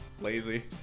lazy